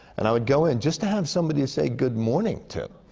and i would go in, just to have somebody to say good morning to,